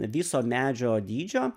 viso medžio dydžio